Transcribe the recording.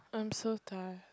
I'm so tired